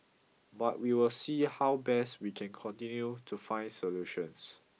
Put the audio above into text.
but we will see how best we can continue to find solutions